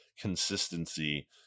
consistency